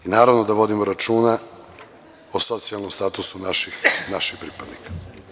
Naravno da vodimo računa o socijalnom statusu naših pripadnika.